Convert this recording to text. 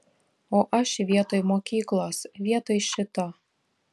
o aš vietoj mokyklos vietoj šito